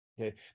okay